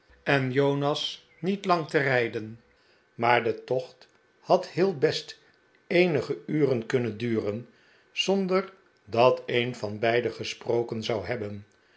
en jonas niet lang te rijden maar de tocht had heel best eenige uren kunnen duren zonder dat een van beiden gesproken zou hebben